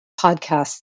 podcast